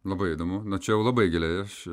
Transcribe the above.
labai įdomu na čia jau labai giliai aš